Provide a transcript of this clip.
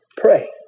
pray